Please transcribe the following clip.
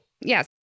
yes